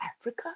Africa